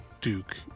Duke